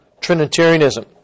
Trinitarianism